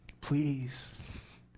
Please